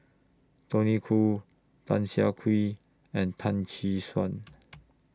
Tony Khoo Tan Siah Kwee and Tan Tee Suan